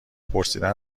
پرسیدن